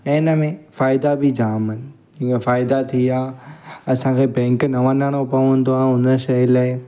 ऐं इन में फ़ाइदा बि जाम अहिनि इहा फ़ाइदा थी विया असांखे बैंक न वञिणो पवंदो आहे उन शइ लाइ